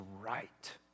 right